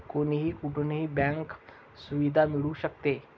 कोणीही कुठूनही बँक सुविधा मिळू शकते